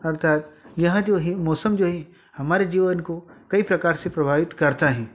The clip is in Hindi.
अर्थात यहाँ जो है मौसम जो है हमारे जीवन को कई प्रकार से प्रभावित करता है